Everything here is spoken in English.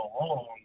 alone